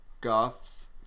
Goth